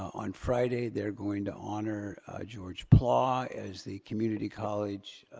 on friday they're going to honor george plough as the community college,